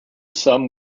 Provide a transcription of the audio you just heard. some